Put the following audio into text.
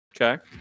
Okay